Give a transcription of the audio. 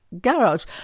garage